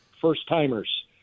first-timers